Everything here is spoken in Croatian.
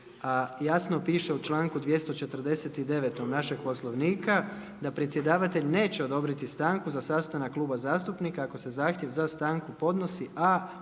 jasno piše u čl.249. našeg poslovnika, da predsjedavatelj neće odobriti stanku za sastanak kluba zastupnika, ako se zahtjev za stanku podnosi, a